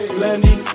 Slendy